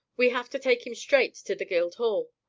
we have to take him straight to the guildhall.